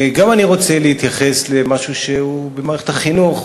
גם אני רוצה להתייחס למשהו במערכת החינוך,